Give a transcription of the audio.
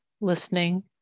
listening